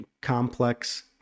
complex